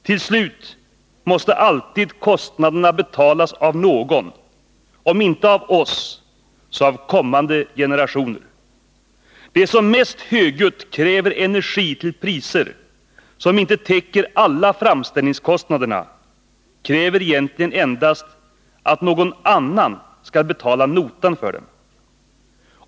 Till slut måste alltid kostnaderna betalas av någon, om inte av oss så av kommande generationer. De som mest högljutt kräver energi, till priser som inte täcker alla framställningskostnader, kräver egentligen endast att någon annan skall betala notan för dem.